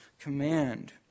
command